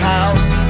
House